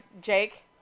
Jake